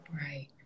Right